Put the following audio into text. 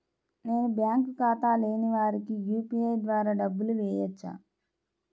నేను బ్యాంక్ ఖాతా లేని వారికి యూ.పీ.ఐ ద్వారా డబ్బులు వేయచ్చా?